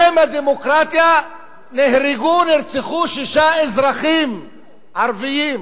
בשם הדמוקרטיה נהרגו, נרצחו, שישה אזרחים ערבים,